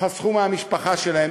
חסכו מהמשפחה שלהם,